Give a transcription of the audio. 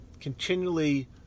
Continually